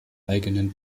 eigenen